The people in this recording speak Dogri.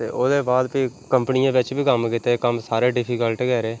ते ओह्दे बाद फ्ही कंपनी बिच्च बी कम्म कीते कम्म सारे डिफिकल्ट गै रेह्